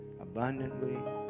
abundantly